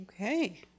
Okay